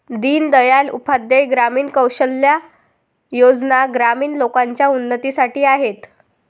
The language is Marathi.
दीन दयाल उपाध्याय ग्रामीण कौशल्या योजना ग्रामीण लोकांच्या उन्नतीसाठी आहेत